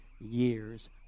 years